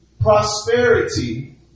Prosperity